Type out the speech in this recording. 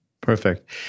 Perfect